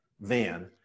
van